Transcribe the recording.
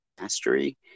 mastery